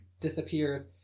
disappears